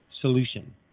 solution